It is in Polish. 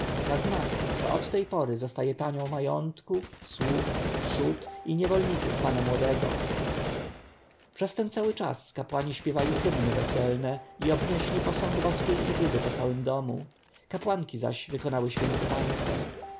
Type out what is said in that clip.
na znak że od tej pory zostaje panią majątku sług trzód i niewolników pana młodego przez ten czas kapłani śpiewali hymny weselne i obnieśli posąg boskiej izydy po całym domu kapłanki zaś wykonały święte tańce